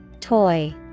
Toy